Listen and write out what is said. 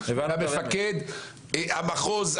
המפקד המחוז,